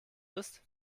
ist